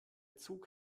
zug